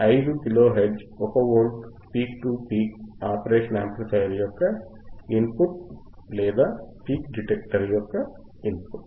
5 kilo hertz 1 volt peak to peak operational amplifier యొక్క input లేదా peak detector యొక్క input